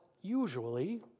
usually